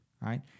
right